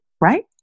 right